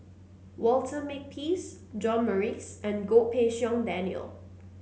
Walter Makepeace John Morrice and Goh Pei Siong Daniel